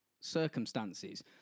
circumstances